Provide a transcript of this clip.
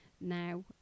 now